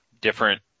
different